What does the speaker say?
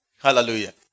Hallelujah